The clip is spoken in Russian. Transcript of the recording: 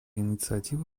инициативы